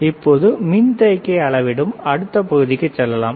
இப்பொது மின்தேக்கியை அளவிடும் அடுத்த பகுதிக்குச் செல்லலாம்